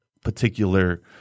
particular